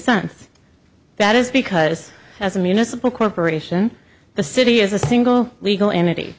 sense that is because as a municipal corporation the city is a single legal entity